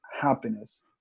happiness